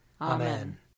Amen